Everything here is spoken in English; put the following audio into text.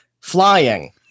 flying